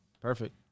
Perfect